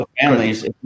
families